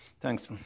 thanks